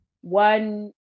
one